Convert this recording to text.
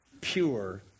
pure